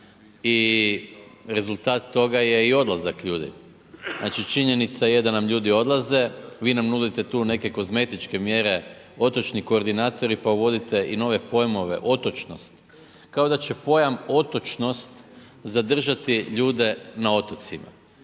i rezultat toga je i odlazak ljudi. Znači, činjenica je da nam ljudi odlaze. Vi nam nudite tu neke kozmetičke mjere, otočni koordinatori, pa uvodite i nove pojmove otočnost, kao da će pojam otočnost zadržati ljude na otocima.